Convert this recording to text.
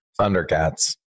Thundercats